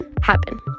happen